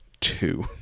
two